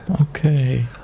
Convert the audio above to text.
Okay